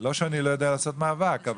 לא שאני לא יודע לעשות מאבק.